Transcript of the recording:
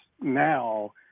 now